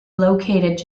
located